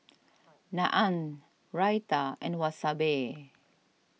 Naan Raita and Wasabi